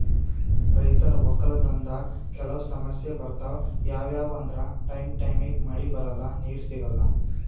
ರೈತರ್ ವಕ್ಕಲತನ್ದಾಗ್ ಕೆಲವ್ ಸಮಸ್ಯ ಬರ್ತವ್ ಯಾವ್ಯಾವ್ ಅಂದ್ರ ಟೈಮ್ ಟೈಮಿಗ್ ಮಳಿ ಬರಲ್ಲಾ ನೀರ್ ಸಿಗಲ್ಲಾ